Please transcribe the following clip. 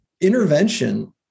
intervention